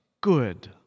good